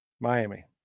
Miami